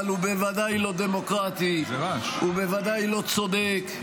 אבל הוא בוודאי לא דמוקרטי, הוא בוודאי לא צודק,